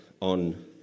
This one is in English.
on